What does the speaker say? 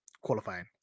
qualifying